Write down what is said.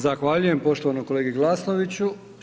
Zahvaljujem poštovanom kolegi Glasnoviću.